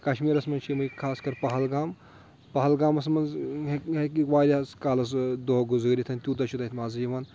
کشمیٖرس منٛز چھِ یِمٕے خاص کَر پہلگام پہلگامس منٛز ہیٚکہِ واریاہس کالَس دۄہ گُزٲرِتھ تیوٗتاہ چھُ تتہِ مَزٕ یِوان